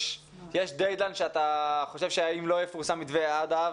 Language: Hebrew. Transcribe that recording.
יש דד ליין שאתה חושב אם לא יפורסם מתווה עד אז,